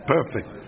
Perfect